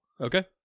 Okay